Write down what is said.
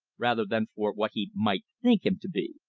rather than for what he might think him to be.